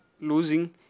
losing